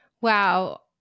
wow